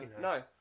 no